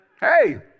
hey